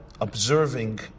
observing